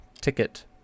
ticket